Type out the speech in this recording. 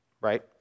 right